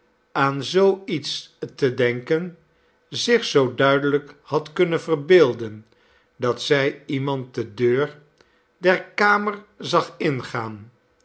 aan zoo iets te denken zich zoo duidelijk had kunnen verbeelden dat zij iemand de deur der kamer zag ingaan